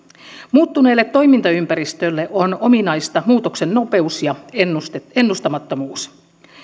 muuttuneelle toimintaympäristölle on ominaista muutoksen nopeus ja ennustamattomuus